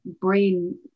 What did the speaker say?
brain